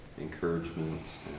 encouragement